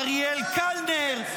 אריאל קלנר,